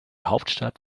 hauptstadt